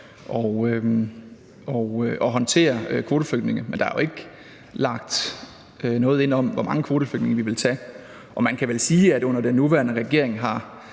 at håndtere kvoteflygtninge. Men der er jo ikke lagt noget ind om, hvor mange kvoteflygtninge vi vil tage. Og man kan vel sige, at under den nuværende regering har